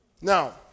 Now